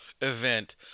event